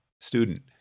Student